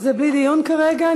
זה בלי דיון כרגע.